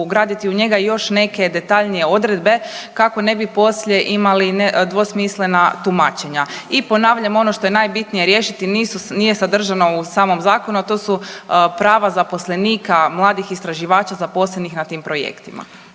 ugraditi u njega još neke detaljnije odredbe kako ne bi poslije imali dvosmislena tumačenja. I ponavljam, ono što je najbitnije riješiti, nije sadržano u samom Zakonu, a to su prava zaposlenika mladih istraživača zaposlenih na tim projektima.